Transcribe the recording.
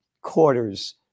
quarters